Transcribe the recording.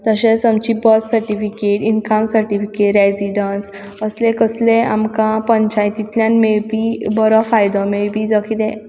तशेंच आमची birth certificate income certificate residence असले कसलेय आमकां पंचायतींतल्यान मेळपी बरो फायदो मेळपी जावं किदेंय